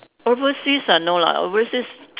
overseas ah no lah overseas